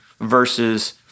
versus